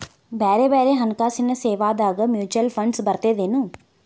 ಬ್ಯಾರೆ ಬ್ಯಾರೆ ಹಣ್ಕಾಸಿನ್ ಸೇವಾದಾಗ ಮ್ಯುಚುವಲ್ ಫಂಡ್ಸ್ ಬರ್ತದೇನು?